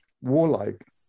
warlike